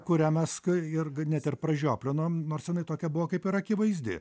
kurią mes kur jurga net ir pražioplinom nors jinai tokia buvo kaip ir akivaizdi